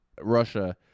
Russia